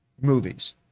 movies